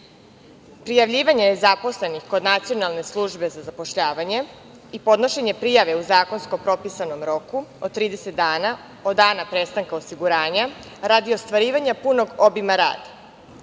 Prijavljivanje zaposlenih kod Nacionalne službe za zapošljavanje i podnošenje prijave u zakonskom propisanom roku od 30 dana od dana prestanka osiguranja radi ostvarivanja punog obima rada.